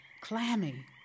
clammy